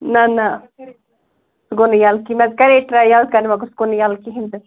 نہَ نہَ گوٚو نہٕ یَلہٕ کیٚنٛہہ مےٚ تہِ کَرے ٹرٛے یَلہٕ کَرنٕچ مگر سُہ گوٚو نہٕ یَلہٕ کِہیٖنٛۍ تہِ